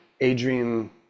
Adrian